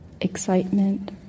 excitement